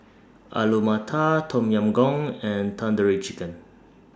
Alu Matar Tom Yam Goong and Tandoori Chicken